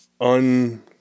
un